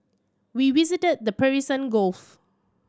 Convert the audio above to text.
we visited the Persian Gulf